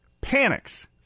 panics